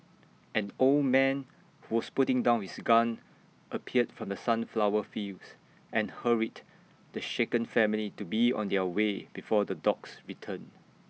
an old man who was putting down his gun appeared from the sunflower fields and hurried the shaken family to be on their way before the dogs return